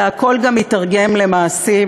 אלא הכול גם מיתרגם למעשים.